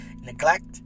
Neglect